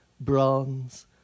bronze